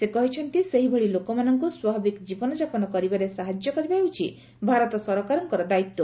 ସେ କହିଛନ୍ତି ସେହିଭଳି ଲୋକମାନଙ୍କୁ ସ୍ୱାଭାବିକ ଜୀବନ ଯାପନ କରିବାରେ ସାହାଯ୍ୟ କରିବା ହେଉଛି ଭାରତ ସରକାରଙ୍କର ଦାୟିତ୍ୱ